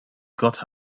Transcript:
got